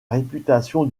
réputation